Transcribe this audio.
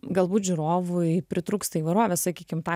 galbūt žiūrovui pritrūksta įvairovės sakykim tą